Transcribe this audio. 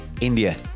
India